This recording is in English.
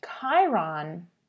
Chiron